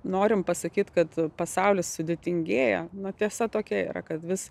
norim pasakyt kad pasaulis sudėtingėja na tiesa tokia yra kad vis